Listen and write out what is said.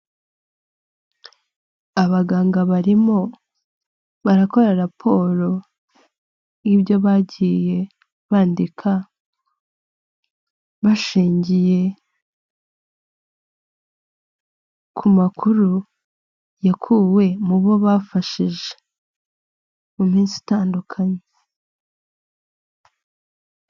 Abaganga barimo barakora raporo y'ibyo bagiye bandika bashingiye ku makuru yakuwe mu bo bafashije mu minsi itandukanye.